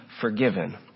forgiven